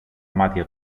μάτια